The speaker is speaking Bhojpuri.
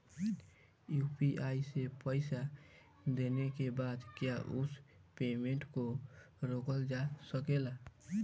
यू.पी.आई से पईसा देने के बाद क्या उस पेमेंट को रोकल जा सकेला?